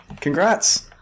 Congrats